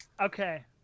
Okay